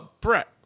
Brett